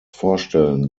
vorstellen